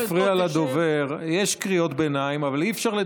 תפסיקו לדבר על עצמכם ותתחילו לעזור לעם היהודי,